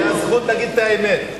זה הזכות להגיד את האמת.